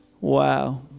Wow